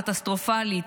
קטסטרופלית,